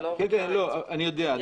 אני יודע,